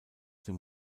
dem